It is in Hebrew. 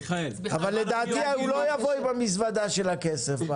אבל לדעתי הוא לא יבוא עם המזוודה של הכסף.